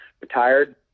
retired